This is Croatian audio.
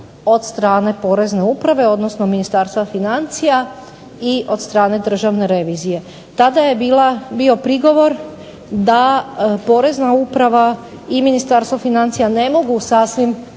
od strane POrezne uprave odnosno Ministarstva financija i od strane Državne reviziji. Tada je bio prigovor da Porezna uprava i Ministarstvo financija ne mogu sasvim